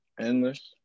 Endless